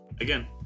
Again